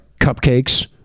cupcakes